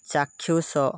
ଚାକ୍ଷୁଷ